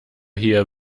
here